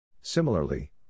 similarly